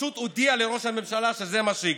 פשוט הודיע לראש הממשלה שזה מה שיקרה.